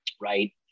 right